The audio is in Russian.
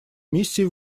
миссии